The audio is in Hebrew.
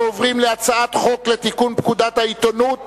אנחנו עוברים להצעת חוק לתיקון פקודת העיתונות